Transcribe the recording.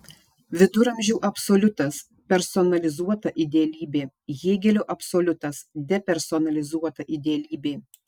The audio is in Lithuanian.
viduramžių absoliutas personalizuota idealybė hėgelio absoliutas depersonalizuota idealybė